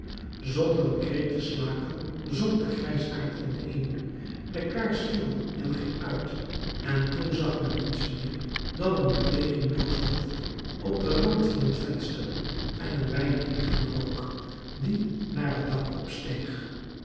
zonder een kreet te slaken zonk de grijsaard ineen de kaars viel en ging uit en toen zag men niets meer dan een bewegingloos hoofd op den rand van het venster en een weinig lichten rook die naar het dak opsteeg